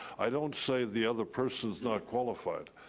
i don't say the other person's not qualified.